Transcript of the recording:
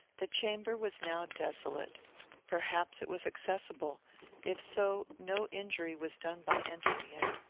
the chamber was now desolate perhaps it was accessible if so, no injury was done by entering it.